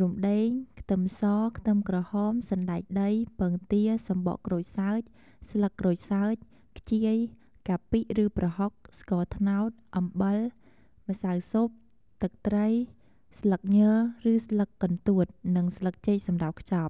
រំដេង ខ្ទឹមស ខ្ទឹមក្រហម សណ្តែកដី ពងទា សំបកក្រូចសើច ស្លឹកក្រូចសើច ខ្ជាយ កាពិ ឬ ប្រហុក ស្ករត្នោត អំបិល ម្សៅស៊ុប ទឹកត្រី ស្លឹកញ ឬស្លឹកកន្ទួត និង ស្លឹកចេកសម្រាប់ខ្ចប់។